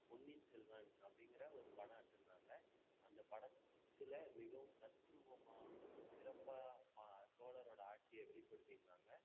பொன்னியின் செல்வன் அப்படிங்கற ஒரு படம் எடுத்திருந்தாங்க அந்த படத்தில் மிகவும் தத்ரூபமாக சிறப்பாக சோழரோட ஆட்சியை வெளிப்படுத்தி இருந்தாங்க